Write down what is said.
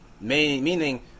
meaning